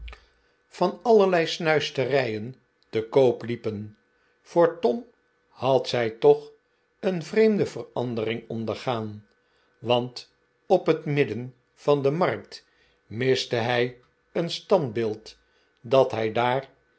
van allerlei snuisterijen te koop liepen voor tom had zij toch een vreemde verandering ondergaan want op het midden van de markt miste hij een standbeeld dat hij daar